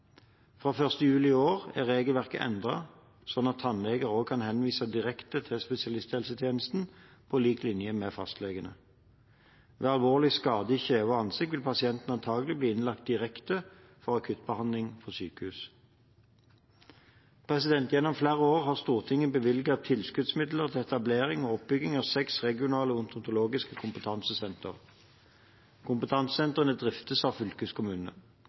Fra 1. juli i år er regelverket endret, slik at tannleger kan henvise direkte til spesialisthelsetjenesten, på lik linje med fastlegene. Ved alvorlige skader i kjeve og ansikt vil pasienten antakelig bli innlagt direkte for akuttbehandling på sykehus. Gjennom flere år har Stortinget bevilget tilskuddsmidler til etablering og oppbygging av fem regionale odontologiske kompetansesentre. Kompetansesentrene driftes av fylkeskommunene.